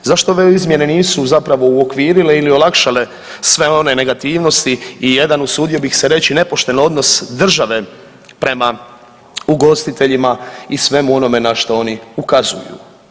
Zašto ove izmjene nisu zapravo uokvirile ili olakšale sve one negativnosti i jedan usudio bih se reći nepošten odnos države prema ugostiteljima i svemu onome na što oni ukazuju.